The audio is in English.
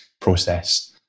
process